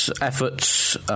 efforts